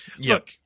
look